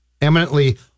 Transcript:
eminently